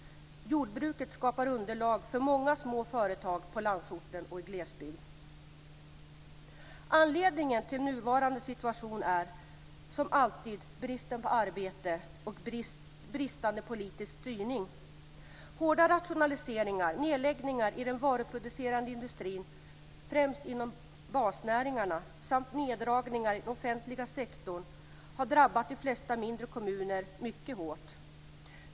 Jordbruket skapar underlag för många små företag på landsorten och i glesbygd. Anledningen till nuvarande situation är, som alltid, bristen på arbete och bristande politisk styrning. Hårda rationaliseringar och nedläggningar i den varuproducerande industrin, främst inom basnäringarna, samt neddragningar i den offentliga sektorn har drabbat de flesta mindre kommuner mycket hårt.